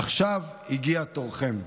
עכשיו הגיע תורכם,